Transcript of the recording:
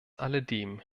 alledem